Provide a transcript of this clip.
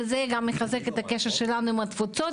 וזה גם מחזק את הקשר שלנו עם התפוצות,